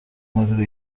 مدیره